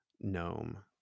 gnome